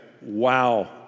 wow